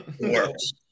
works